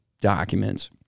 documents